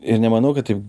ir nemanau kad taip